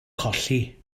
colli